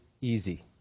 easy